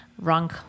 wrong